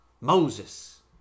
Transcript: Moses